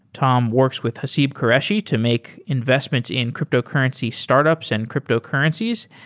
tom works with haseeb qureshi to make investments in cryptocurrency startups and cryptocurrencies,